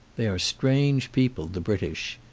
they are strange people the british.